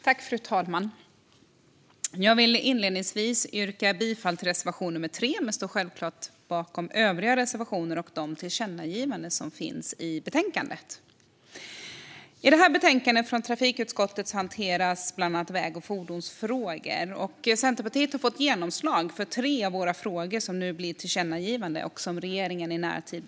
Fru talman! Jag vill inledningsvis yrka bifall till reservation 3 men står självklart bakom våra övriga reservationer och de tillkännagivanden som finns i betänkandet. I detta betänkande från trafikutskottet hanteras väg och fordonsfrågor. Centerpartiet har fått genomslag för tre av sina frågor, som nu blir tillkännagivanden som regeringen behöver åtgärda i närtid.